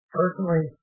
personally